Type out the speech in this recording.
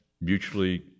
mutually